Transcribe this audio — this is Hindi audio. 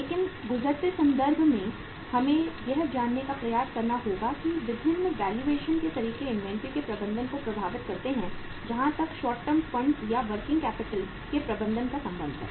लेकिन गुजरते संदर्भ में हमें यह जानने का प्रयास करना होगा कि विभिन्न वैल्यूएशन के तरीके इन्वेंट्री के प्रबंधन को प्रभावित करते हैं जहां तक शॉर्ट टर्म फंड्स या वर्किंग कैपिटल के प्रबंधन का संबंध है